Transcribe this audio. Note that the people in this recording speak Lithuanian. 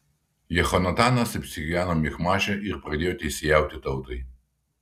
jehonatanas apsigyveno michmaše ir pradėjo teisėjauti tautai